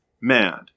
mad